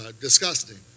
Disgusting